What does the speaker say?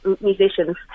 musicians